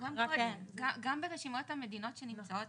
גם ברשימת המדינות שנמצאות